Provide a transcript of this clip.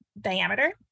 diameter